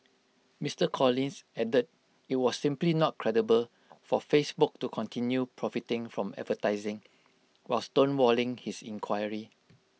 Mister Collins added IT was simply not credible for Facebook to continue profiting from advertising while stonewalling his inquiry